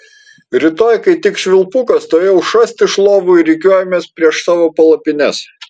rytoj kai tik švilpukas tuoj šast iš lovų ir rikiuojamės prieš savo palapines